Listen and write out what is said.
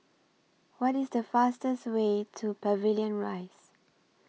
What IS The fastest Way to Pavilion Rise